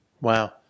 wow